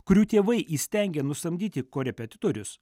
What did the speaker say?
kurių tėvai įstengia nusamdyti korepetitorius